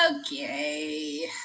Okay